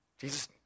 Jesus